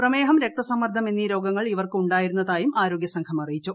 പ്രമേഹം രക്തസമ്മർദ്ദം എന്നീ രോഗങ്ങൾ ഇവർക്ക് ഉണ്ടായിരുന്നതായും ആരോഗ്യ സംഘം അറിയിച്ചു